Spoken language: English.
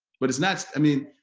but it's not. i mean